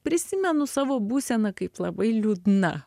prisimenu savo būseną kaip labai liūdna